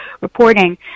reporting